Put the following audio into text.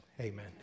Amen